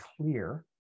clear